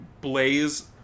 blaze